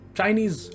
Chinese